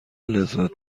لذت